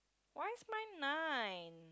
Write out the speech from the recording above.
why is mine nine